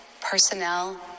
personnel